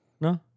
No